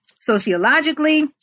sociologically